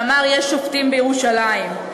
שאמר "יש שופטים בירושלים"?